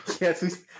Yes